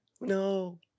No